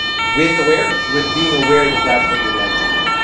with awareness, with being aware that that's what you'd like to do